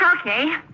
Okay